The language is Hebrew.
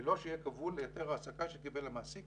ובלא שיהיה כבול להיתר העסקה שקיבל המעסיק